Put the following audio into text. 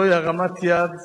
זוהי הרמת יד